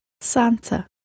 Santa